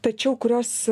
tačiau kurios